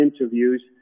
interviews